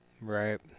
Right